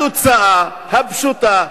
התוצאה הפשוטה,